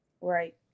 Right